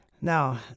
Now